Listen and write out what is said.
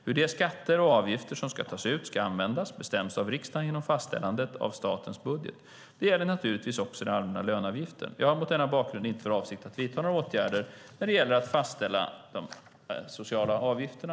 Hur de skatter och avgifter som tas ut ska användas bestäms av riksdagen genom fastställandet av statens budget. Det gäller naturligtvis också den allmänna löneavgiften. Jag har mot denna bakgrund inte för avsikt att vidta några åtgärder när det gäller att fastställa de sociala avgifterna.